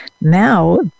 now